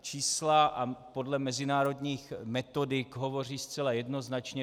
Čísla podle mezinárodních metodik hovoří zcela jednoznačně.